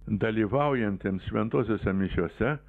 dalyvaujantiems šventosiose mišiose